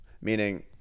Meaning